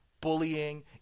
Bullying